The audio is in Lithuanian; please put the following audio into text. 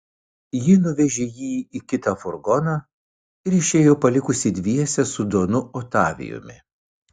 ji nuvežė jį į kitą furgoną ir išėjo palikusi dviese su donu otavijumi